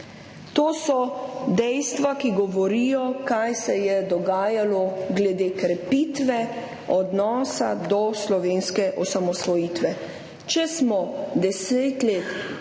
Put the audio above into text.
To so dejstva, ki govorijo, kaj se je dogajalo glede krepitve odnosa do slovenske osamosvojitve. Če smo 10 let